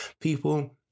people